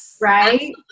right